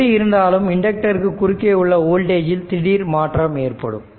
எப்படி இருந்தாலும் இண்டக்டருக்கு குறுக்கே உள்ள வோல்டேஜில் திடீர் மாற்றம் ஏற்படும்